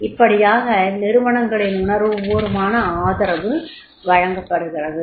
இப்படியாக நிறுவனங்களில் உணர்வுபூர்வமான ஆதரவு வழங்கப்படுகிறது